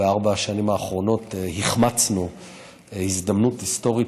בארבע השנים האחרונות החמצנו הזדמנות היסטורית